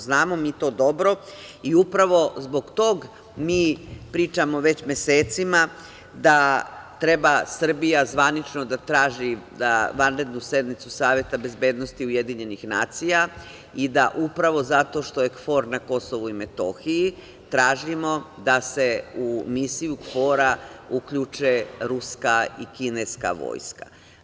Znamo mi to dobro i upravo zbog tog mi pričamo već mesecima da treba Srbija zvanično da traži vanrednu sednicu Saveta bezbednosti UN i da upravo zato što je KFOR na KiM tražimo da se u misiju KFOR-a uključe ruska i kineska vojska.